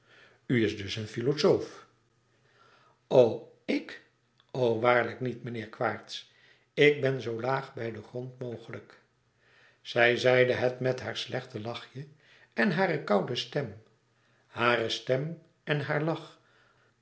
is dus filozoof ik o waarlijk niet meneer quaerts ik ben zoo laag bij den grond mogelijk zij zeide het met haar slecht lachje en hare koude stem hare stem en haar lach